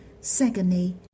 Secondly